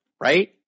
right